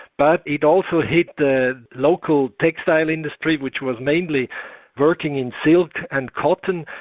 but it also hit the local textile industry which was mainly working in silk and cotton.